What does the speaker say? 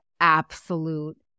absolute